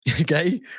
okay